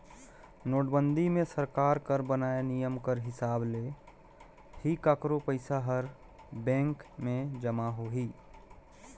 नोटबंदी मे सरकार कर बनाय नियम कर हिसाब ले ही काकरो पइसा हर बेंक में जमा होही